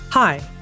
Hi